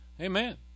Amen